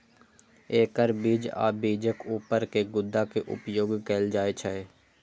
एकर बीज आ बीजक ऊपर के गुद्दा के उपयोग कैल जाइ छै